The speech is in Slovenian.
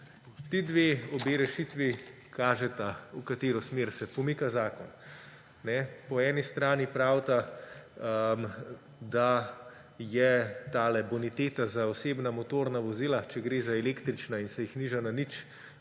Ti dve obe rešitve kažeta, v katero smer se pomika zakon. Po eni strani pravita, da je tale boniteta za osebna motorna vozila, če gre za električna in se jih niža na nič,